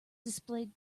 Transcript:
displayed